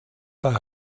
bei